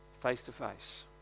face-to-face